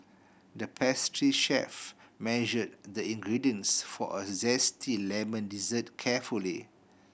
the pastry chef measured the ingredients for a zesty lemon dessert carefully